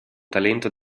talento